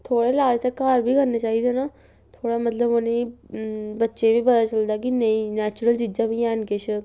थोह्ड़े लाज ते घर बी करने चाहिदे ना थोह्ड़ा मतलब उ'नें गी बच्चें गी बी पता चलदा कि नेईं नैचुरल चीजां बी हैन किश